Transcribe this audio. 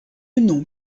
nom